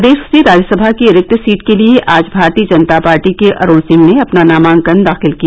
प्रदेश से राज्यसभा की रिक्त सीट के लिए आज भारतीय जनता पार्टी के अरूण सिंह ने अपना नामांकन दाखिल किया